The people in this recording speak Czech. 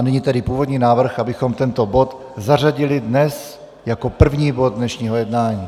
Nyní tedy původní návrh, abychom tento bod zařadili dnes jako první bod dnešního jednání.